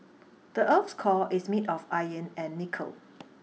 the earth's core is made of iron and nickel